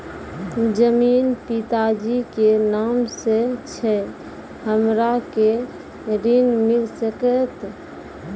जमीन पिता जी के नाम से छै हमरा के ऋण मिल सकत?